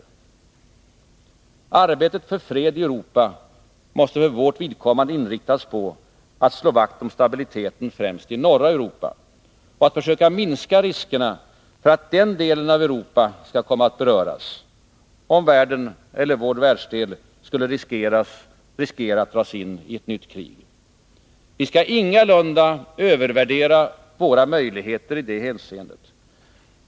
Arbetet för fred i Europa måste för vårt vidkommande inriktas på att slå vakt om stabiliteten främst i norra Europa och att försöka minska riskerna för att den delen av Europa skall komma att beröras om världen eller vår världsdel skulle riskera att dras in i ett nytt krig. Vi skall ingalunda övervärdera våra möjligheter i det hänseendet.